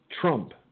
Trump